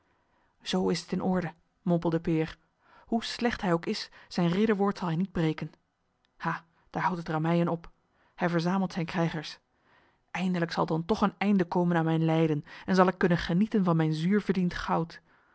zoo is het in orde mompelde peer hoe slecht hij ook is zijn ridderwoord zal hij niet breken ha daar houdt het rammeien op hij verzamelt zijne krijgers eindelijk zal dan toch een einde komen aan mijn lijden en zal ik kunnen genieten van mijn zuur verdiend goud